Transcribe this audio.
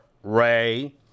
Ray